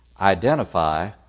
identify